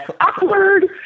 Awkward